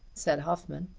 said hoffmann.